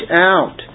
out